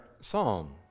psalm